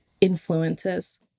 influences